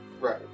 Right